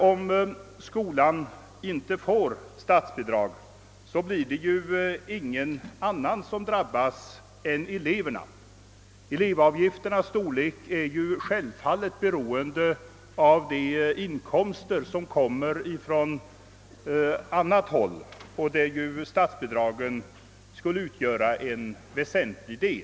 Om skolan inte erhåller statsbidrag är det eleverna som blir drabbade, ty elevavgifternas storlek är självfallet beroende av inkomsterna från annat håll, av vilka statsbidraget skulle utgöra en väsentlig del.